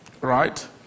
Right